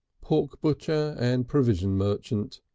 pork butcher and provision merchant,